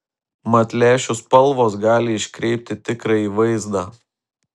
mat lęšių spalvos gali iškreipti tikrąjį vaizdą